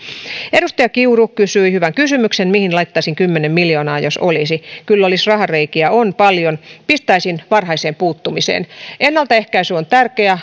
edustaja kiuru kysyi hyvän kysymyksen mihin laittaisin kymmenen miljoonaa jos olisi kyllä rahareikiä on paljon pistäisin varhaiseen puuttumiseen ennaltaehkäisy on